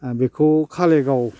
ओ बेखौ खालिगाव